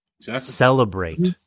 celebrate